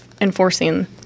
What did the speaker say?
enforcing